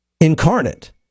incarnate